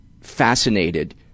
fascinated